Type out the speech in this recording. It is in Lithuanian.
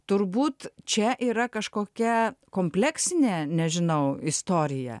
turbūt čia yra kažkokia kompleksinė nežinau istorija